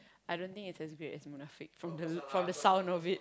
I don't think is as great as Munafik from the looks from the sound of it